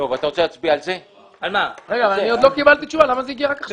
אני עוד לא קיבלתי תשובה למה זה הגיע רק עכשיו.